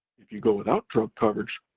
if you go without drug coverage,